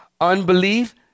Unbelief